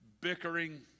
bickering